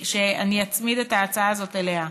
שאני אצמיד את ההצעה הזאת אליה,